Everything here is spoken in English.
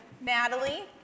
Natalie